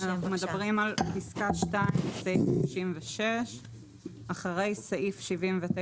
מדברים על פסקה 2 בסעיף 96. (2) אחרי סעיף 79